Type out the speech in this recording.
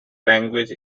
language